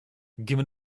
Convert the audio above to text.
gimme